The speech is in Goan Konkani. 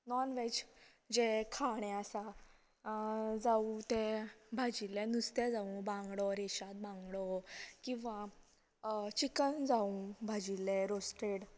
नॉन वेज जें खाणे आसा जावूं तें भाजिल्ले नुस्तें जावूं बांगडो रेशाद बांगडो किंवां चिकन जावूं भाजिल्लें रोस्टेड